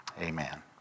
Amen